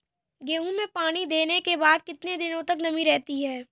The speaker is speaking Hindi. गेहूँ में पानी देने के बाद कितने दिनो तक नमी रहती है?